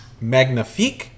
magnifique